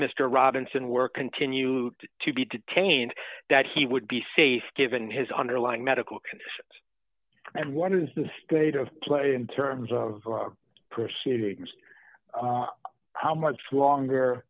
mr robinson were continue to be detained that he would be safe given his underlying medical conditions and what is the good of play in terms of proceedings how much longer